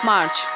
March